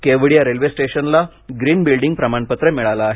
Kevadia railway स्टेशनला green building प्रमाणपत्र मिळालं आहे